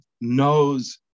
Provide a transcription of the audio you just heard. knows